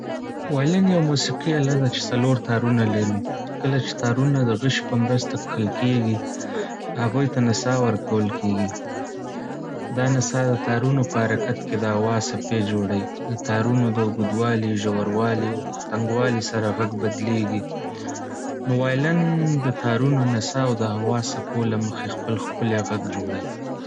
وایلن یو موسیقي اله ده چې څلور تارونه لري. کله چې تارونه د غشي په مرسته کښل کېږي، هغوی ته نڅا ورکول کېږي. دا نڅا د تارونو په حرکت کې د هوا څپې جوړوي. د تارونو د اوږدوالي، ژوروالی او تنګوالي سره غږ بدلېږي. نو وایلن د تارونو نڅا او د هوا څپو له مخې خپل ښکلی غږ جوړوي.